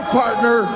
partner